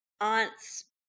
aunt's